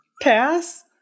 Pass